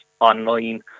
online